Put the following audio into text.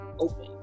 open